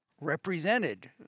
represented